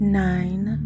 nine